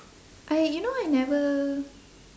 I you know I never